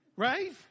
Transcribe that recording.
Right